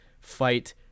fight